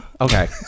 Okay